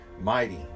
mighty